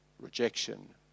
rejection